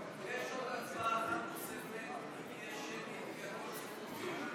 להלן תוצאות ההצבעה על הצעת חוק הנחות בתעריפי